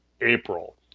April